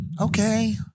okay